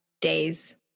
days